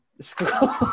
School